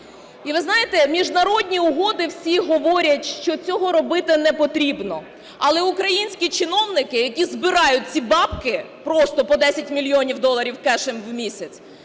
І, ви знаєте, міжнародні угоди всі говорять, що цього робити не потрібно. Але українські чиновники, які збирають ці бабки, просто по 10 мільйонів доларів кешем в місяці,